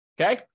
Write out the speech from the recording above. Okay